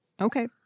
Okay